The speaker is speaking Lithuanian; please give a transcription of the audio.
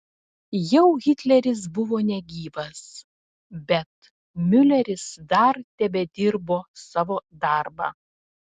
jau hitleris buvo negyvas bet miuleris dar tebedirbo savo darbą